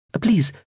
Please